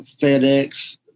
fedex